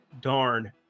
darn